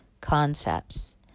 concepts